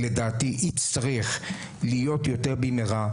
לדעתי זה יצטרך להיות יותר במהרה.